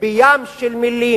בים של מלים